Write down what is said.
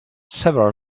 several